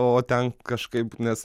o ten kažkaip nes